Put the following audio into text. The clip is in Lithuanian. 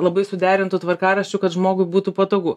labai suderintų tvarkaraščiųk ad žmogui būtų patogu